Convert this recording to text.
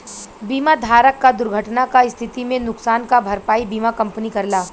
बीमा धारक क दुर्घटना क स्थिति में नुकसान क भरपाई बीमा कंपनी करला